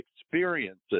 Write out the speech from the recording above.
experiences